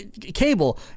Cable